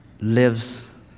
lives